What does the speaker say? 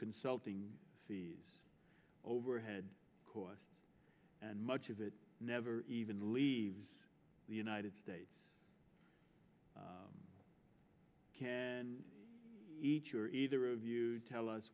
consulting fees overhead costs and much of it never even leaves the united states can eat your either of you tell us